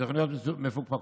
"ותוכניות מפוקפקות,